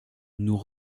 nous